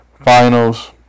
Finals